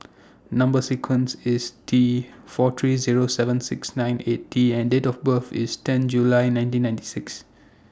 Number sequence IS T four three Zero seven six nine eight T and Date of birth IS ten July nineteen ninety six